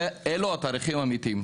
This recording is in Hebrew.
אלו התאריכים האמיתיים.